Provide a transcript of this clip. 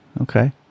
okay